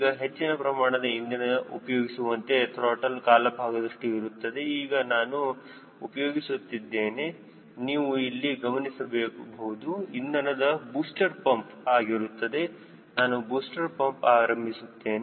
ಈಗ ಹೆಚ್ಚಿನ ಪ್ರಮಾಣದ ಇಂಧನ ಉಪಯೋಗಿಸುವಂತೆ ತ್ರಾಟಲ್ ಕಾಲು ಭಾಗದಷ್ಟು ಇರುತ್ತದೆ ಮತ್ತು ಈಗ ನಾನು ಇದನ್ನು ಉಪಯೋಗಿಸುತ್ತಿದ್ದೇನೆ ನೀವು ಇಲ್ಲಿ ಗಮನಿಸಬಹುದು ಇಂಧನದ ಬೂಸ್ಟರ್ ಪಂಪ್ ಆಗಿರುತ್ತದೆ ನಾನು ಬೂಸ್ಟರ್ ಪಂಪ್ ಆರಂಭಿಸುತ್ತೇನೆ